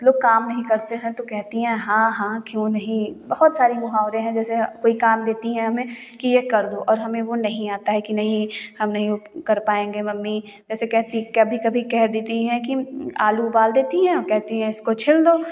हम लोग काम नहीं करते हैं तो कहती हैं हाँ हाँ क्यों नहीं बहुत सारे मुहावरे हैं जैसे कोई काम देती हैं हमें कि यह कर दो और हमें वह नहीं आता है कि नहीं हम नहीं कर पाएँगे मम्मी जैसे कहती कभी कभी कह देती हैं की आलू उबाल देती हैं कहती हैं इसको छिल दो